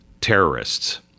terrorists